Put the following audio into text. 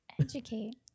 Educate